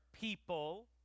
people